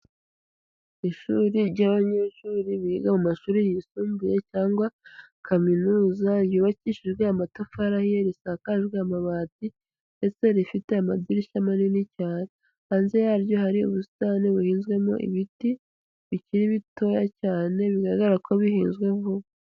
Ishuri ry'abanyeshuri biga mu mashuri yisumbuye cyangwa Kaminuza yubakishijwe amatafari ahiye risakajwe amabati ndetse rifite amadirishya manini cyane. Hanze yaryo hari ubusitani buhinzwemo ibiti bikiri bitoya cyane bigaragara ko bihinzwe vuba.